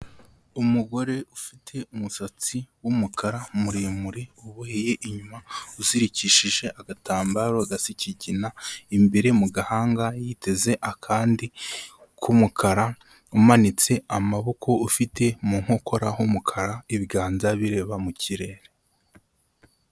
Umugore ufite umusatsi w'umukara muremure uboheye inyuma, uzirikishije agatambaro gasa ikigina, imbere mu gahanga yiteze akandi k'umukara umanitse amaboko ufite mu nkokora h'umukara ibiganda bireba mu kirere.